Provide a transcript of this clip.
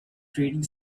trading